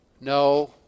No